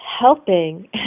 helping